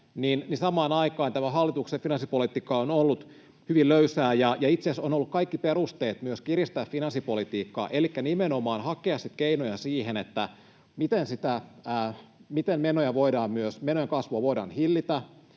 samaan aikaan tämä hallituksen finanssipolitiikka on ollut hyvin löysää ja itse asiassa olisi ollut kaikki perusteet myös kiristää finanssipolitiikkaa, elikkä nimenomaan hakea keinoja siihen, miten menojen kasvua voidaan hillitä.